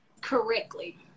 correctly